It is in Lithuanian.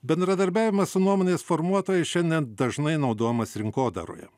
bendradarbiavimas su nuomonės formuotojais šiandien dažnai naudojamas rinkodaroje